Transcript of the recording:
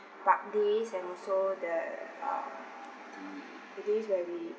park days and also the uh the days where we